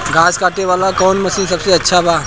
घास काटे वाला कौन मशीन सबसे अच्छा बा?